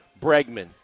Bregman